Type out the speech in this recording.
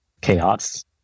chaos